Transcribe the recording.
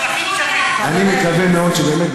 אני מקווה מאוד שבאמת,